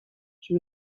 she